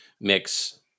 mix